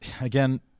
again